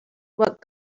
what